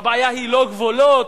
הבעיה היא לא גבולות,